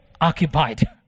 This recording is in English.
occupied